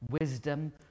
wisdom